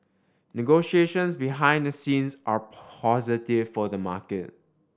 negotiations behind the scenes are positive for the market